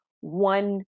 one